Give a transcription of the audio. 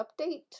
update